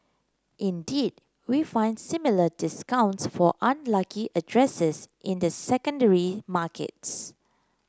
indeed we find similar discounts for unlucky addresses in the secondary markets